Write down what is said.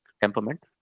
temperament